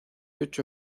ocho